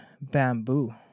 bamboo